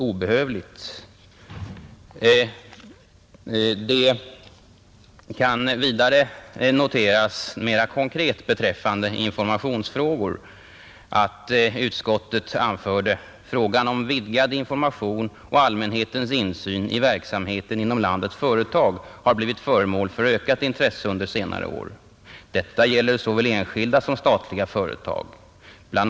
Det kan vidare noteras mera konkret beträffande informationsfrågor att utskottet anförde: ”Frågan om vidgad information och allmän insyn i verksamheten inom landets företag har blivit föremål för ökat intresse under senare år. Detta gäller såväl enskilda som statliga företag. Bl.